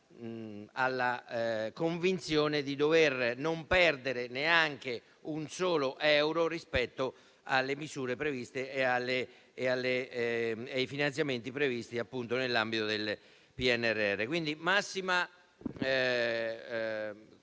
alla convinzione di non perdere neanche un solo euro rispetto alle misure e ai finanziamenti previsti nell'ambito del PNRR. Quindi,